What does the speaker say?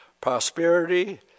prosperity